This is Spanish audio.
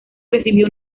recibió